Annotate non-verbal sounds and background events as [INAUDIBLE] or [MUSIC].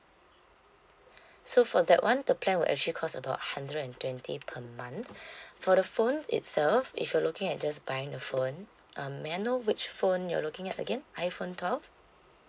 [BREATH] so for that [one] the plan would actually cost about hundred and twenty per month [BREATH] for the phone itself if you're looking at just buying the phone um may I know which phone you're looking at again iphone twelve